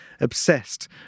obsessed